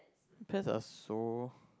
depend are so